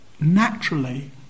naturally